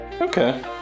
okay